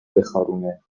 بخارونه